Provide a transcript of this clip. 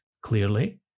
clearly